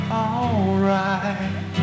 alright